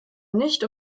nicht